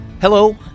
Hello